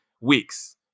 weeks